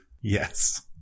Yes